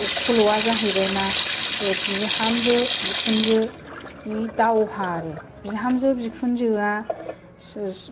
सल'आ जाहैबाय मा बिहामजो बिखुनजोनि दावहा आरो बिहामजो बिखुनजोआ